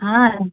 हाँ